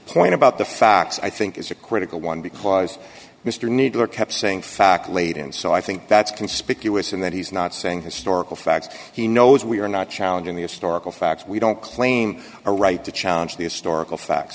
point about the facts i think is a critical one because mr nadler kept saying fact late and so i think that's conspicuous in that he's not saying historical facts he knows we are not challenging the historical facts we don't claim a right to challenge the historical facts